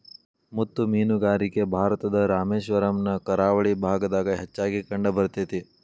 ಮುತ್ತು ಮೇನುಗಾರಿಕೆ ಭಾರತದ ರಾಮೇಶ್ವರಮ್ ನ ಕರಾವಳಿ ಭಾಗದಾಗ ಹೆಚ್ಚಾಗಿ ಕಂಡಬರ್ತೇತಿ